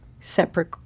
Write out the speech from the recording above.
separate